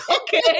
Okay